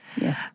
Yes